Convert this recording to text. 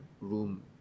room